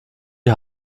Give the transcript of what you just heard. die